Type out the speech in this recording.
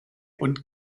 und